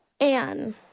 Anne